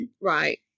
Right